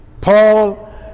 Paul